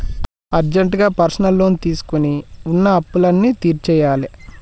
అర్జెంటుగా personal loan తీసుకొని వున్న అప్పులన్నీ తీర్చేయ్యాలే